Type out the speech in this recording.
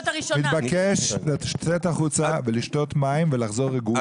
אני מבקש לצאת החוצה, לשתות מים ולחזור רגועים.